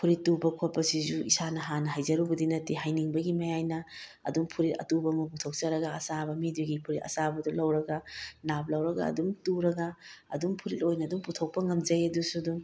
ꯐꯨꯔꯤꯠ ꯇꯨꯕ ꯈꯣꯠꯄꯁꯤꯁꯨ ꯏꯁꯥꯅ ꯍꯥꯟꯅ ꯍꯩꯖꯔꯨꯕꯗꯤ ꯅꯠꯇꯦ ꯍꯩꯅꯤꯡꯕꯒꯤ ꯃꯌꯥꯏꯅ ꯑꯗꯨꯝ ꯐꯨꯔꯤꯠ ꯑꯇꯨꯕ ꯑꯃ ꯄꯨꯊꯣꯛꯆꯔꯒ ꯑꯆꯥꯕ ꯃꯤꯗꯨꯒꯤ ꯐꯨꯔꯤꯠ ꯑꯆꯥꯕꯗꯣ ꯂꯧꯔꯒ ꯅꯥꯞ ꯂꯧꯔꯒ ꯑꯗꯨꯝ ꯇꯨꯔꯒ ꯑꯗꯨꯝ ꯐꯨꯔꯤꯠ ꯑꯣꯏꯅ ꯄꯨꯊꯣꯛꯄ ꯉꯝꯖꯩ ꯑꯗꯨꯁꯨ ꯑꯗꯨꯝ